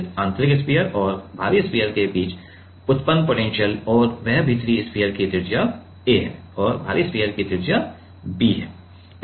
इस आंतरिक स्फीयर और बाहरी स्फीयर के बीच उत्पन्न पोटेंशियल और वह भीतरी स्फीयर की त्रिज्या a है और बाहरी स्फीयर की त्रिज्या b है